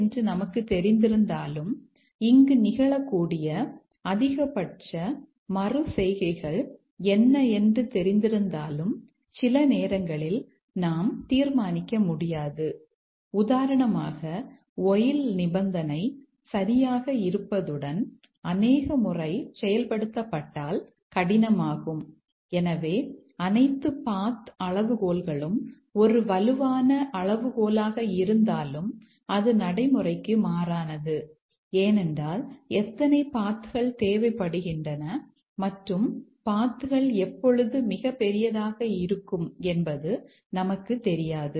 எனவே நாம் அனைத்து பாத்கள் எப்பொழுது மிகப் பெரியதாக இருக்கும் என்பது நமக்கு தெரியாது